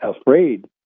afraid